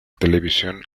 televisión